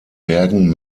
bergen